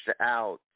out